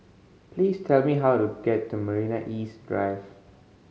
please tell me how to get to Marina East Drive